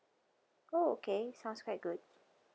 oh okay sounds quite good